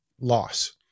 loss